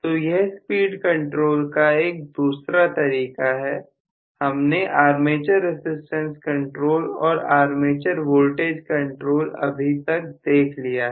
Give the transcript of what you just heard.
तो यह speed control का दूसरा तरीका है हमने आर्मेचर रसिस्टेंस कंट्रोल और आर्मेचर वोल्टेज कंट्रोल अभी तक देख लिया है